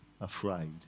afraid